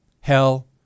hell